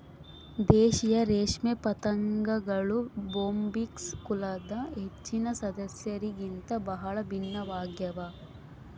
ದೇಶೀಯ ರೇಷ್ಮೆ ಪತಂಗಗಳು ಬೊಂಬಿಕ್ಸ್ ಕುಲದ ಹೆಚ್ಚಿನ ಸದಸ್ಯರಿಗಿಂತ ಬಹಳ ಭಿನ್ನವಾಗ್ಯವ